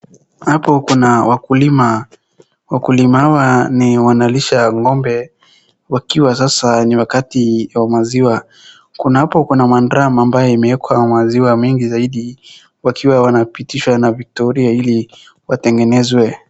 Hapo kuna wakulima, wakulima hawa ni wanalisha ng'ombe wakiwa sasa ni wakati wa maziwa. Kuna hapo kuna ma drum ambaye imewekwa maziwa mingi zaidi. Wakiwa wanapitishwa na vitolia ili watengenezwe